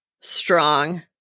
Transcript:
strong